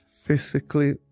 physically